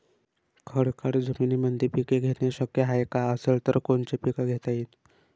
खडकाळ जमीनीमंदी पिके घेणे शक्य हाये का? असेल तर कोनचे पीक घेता येईन?